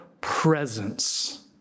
presence